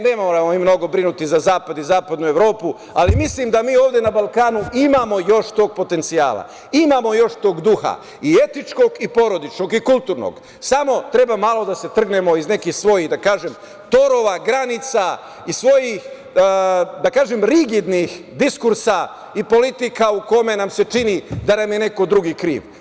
Ne moramo mi mnogo brinuti za Zapad i Zapadnu Evropu, ali mislim da mi ovde na Balkanu imamo još tog potencijala, imamo još tog duha i etičkog, i porodičnog i kulturnog, samo treba malo da se trgnemo iz nekih svojih, da kažem, torova, granica, iz svojih, da kažem, rigidnih diskursa i politika u kojima nam se čini da nam je neko drugi kriv.